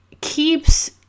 keeps